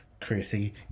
Chrissy